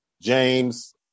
James